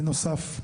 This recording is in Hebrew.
בנוסף,